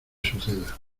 suceda